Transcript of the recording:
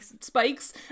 spikes